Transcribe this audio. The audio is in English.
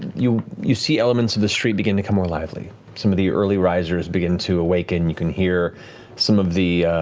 you you see elements of the street begin to come more lively. some of the early risers begin to awaken. you can hear some of the